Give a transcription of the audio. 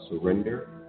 surrender